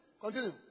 Continue